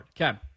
Okay